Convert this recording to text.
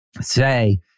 say